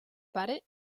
pare